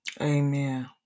Amen